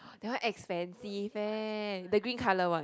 that one expensive eh the green color one